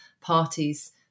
parties